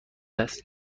است